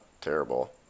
terrible